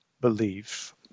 believe